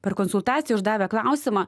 per konsultaciją uždavę klausimą